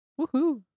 Woohoo